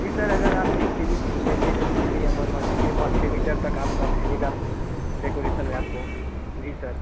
जी sir अगर आप एक केजी फूल लेते हैं तो यही अनुमान मान लीजिए पाँच छ मीटर तक आपका फैलेगा डेकोरेसन आपको जी सर